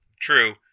True